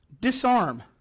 disarm